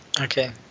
Okay